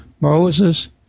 Moses